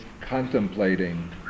contemplating